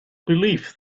believe